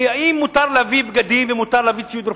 כי אם מותר להביא בגדים ומותר להביא ציוד רפואי,